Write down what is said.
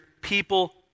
people